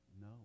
No